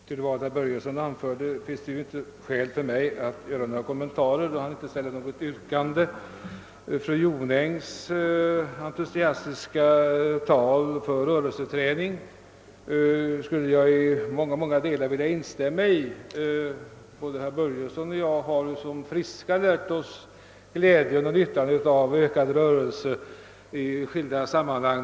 Herr talman! Det finns inget skäl för mig att göra några kommentarer till vad herr Börjesson i Falköping anförde, eftersom han inte ställde något yrkande. (AE SR :.; Jag skulle i många delar vilja instämma i fru Jonängs entusiasm för rörelseträning. Både herr Börjesson i Falköping och jag har som friska lärt oss glädjen och nyttan av ökade rörelsemöjligheter i skilda sammanhang.